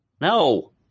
no